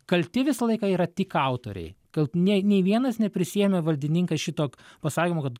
kalti visą laiką yra tik autoriai kad nei nei vienas neprisiėmė valdininkas šito pasakymo kad